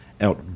out